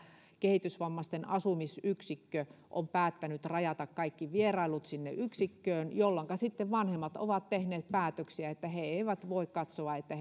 kehitysvammaisten asumisyksikkö on päättänyt rajata kaikki vierailut sinne yksikköön jolloinka sitten vanhemmat ovat tehneet päätöksiä että he eivät voi katsoa että